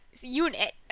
unit